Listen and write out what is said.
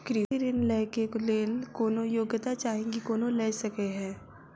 कृषि ऋण लय केँ लेल कोनों योग्यता चाहि की कोनो लय सकै है?